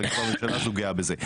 והממשלה הזו גאה בזה.